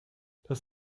das